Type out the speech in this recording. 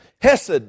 Hesed